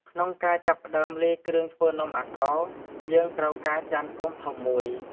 ក្នុងការចាប់ផ្ដើមលាយគ្រឿងធ្វើនំអាកោរ យើងត្រូវការចានគោមធំមួយ។